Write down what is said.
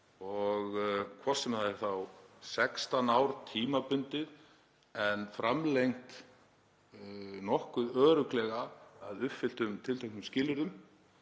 hvort sem það eru þá 16 ár tímabundið en framlengt nokkuð örugglega að uppfylltum tilteknum skilyrðum